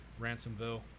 Ransomville